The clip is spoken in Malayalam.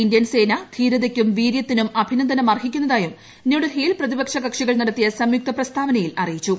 ഇന്ത്യൻ സേന ധീരതയ്ക്കും വീര്യത്തിനും അഭിനന്ദനമർഹിക്കുന്നതായും ന്യൂഡൽഹിയിൽ പ്രതിപക്ഷ കക്ഷി കൾ നടത്തിയ സംയുക്ത പ്രസ്താവനയിൽ അറിയിച്ചു